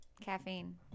Caffeine